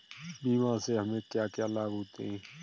बीमा से हमे क्या क्या लाभ होते हैं?